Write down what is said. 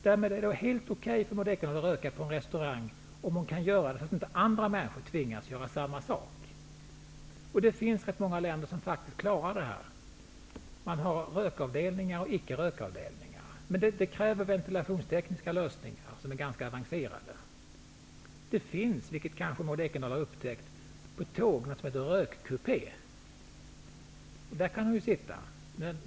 Däremot är det helt okej om Maud Ekendahl röker på en restaurang, om hon kan göra det så, att inte andra människor tvingas att göra samma sak. Det finns rätt många länder som faktiskt klarar detta. Man har rökavdelningar och icke-rökavdelningar. Men det kräver ventilationstekniska lösningar som är ganska avancerade. Det finns, vilket Maud Ekendahl kanske har upptäckt, på tåg något som heter rökkupé. Där kan de ju sitta.